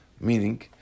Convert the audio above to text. Meaning